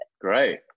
great